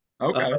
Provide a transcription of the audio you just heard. okay